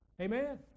Amen